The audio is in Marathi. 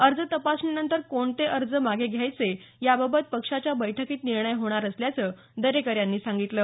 अर्ज तपासणीनंतर कोणते अर्ज मागे घ्यायचे याबाबत पक्षाच्या बैठकीत निर्णय होणार असल्याचं दरेकर यांनी सांगितलं